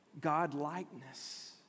God-likeness